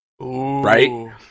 right